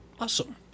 Awesome